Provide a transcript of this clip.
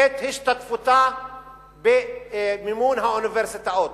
את השתתפותה במימון האוניברסיטאות,